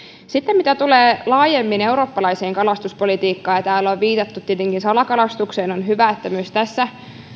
sitten mitä tulee laajemmin eurooppalaiseen kalastuspolitiikkaan täällä on viitattu tietenkin salakalastukseen on hyvä että myös tässä